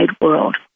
world